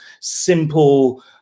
simple